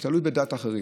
זה תלוי בדעת אחרים.